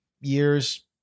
years